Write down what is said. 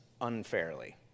unfairly